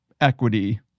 equity